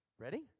Ready